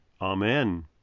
Amen